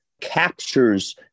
captures